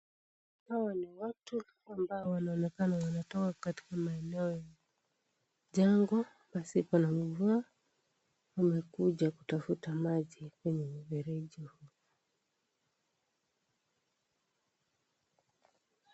Hawa ni watu ambao wanaonekana wametoka katika maeneo ya jangwa, pasipo na mvua, wamekuja kutafuta maji kwenye mfereji huu.